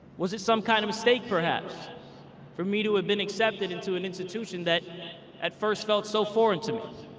was it some kind of mistake perhaps for me to have been accepted into an institution that at first felt so foreign to me?